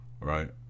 Right